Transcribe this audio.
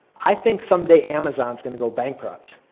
i think someday amazon's going to go bankrupt.